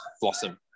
blossom